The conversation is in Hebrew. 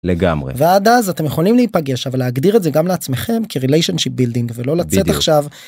לגמרי ועד אז אתם יכולים להיפגש אבל להגדיר את זה גם לעצמכם כריליישן של בילדינג ולא לצאת עכשיו